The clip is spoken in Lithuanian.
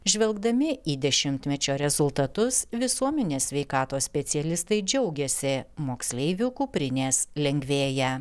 žvelgdami į dešimtmečio rezultatus visuomenės sveikatos specialistai džiaugiasi moksleivių kuprinės lengvėja